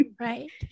right